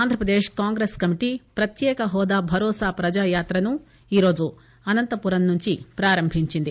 Andhra Pradesh Congress committee ప్రత్యేక హోదా భరోసా ప్రజా యాత్రను ఈరోజు అనంతపురం నుంచి ప్రారంభించింది